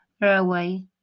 railway